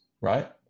right